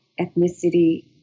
ethnicity